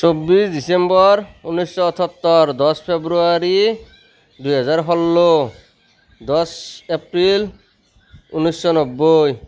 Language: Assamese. চৌবিছ ডিচেম্বৰ ঊনৈছশ আঠসত্তৰ দহ ফেব্ৰুৱাৰী দুহেজাৰ ষোল্ল দহ এপ্ৰিল ঊনৈছশ নব্বৈ